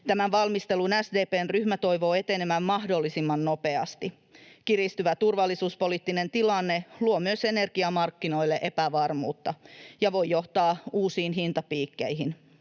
Tämän valmistelun SDP:n ryhmä toivoo etenevän mahdollisimman nopeasti. Kiristyvä turvallisuuspoliittinen tilanne luo myös energiamarkkinoille epävarmuutta ja voi johtaa uusiin hintapiikkeihin.